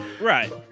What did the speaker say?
Right